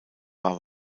war